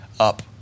up